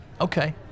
Okay